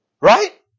Right